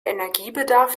energiebedarf